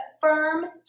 firm